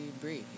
breathe